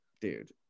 Dude